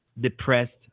depressed